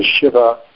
Shiva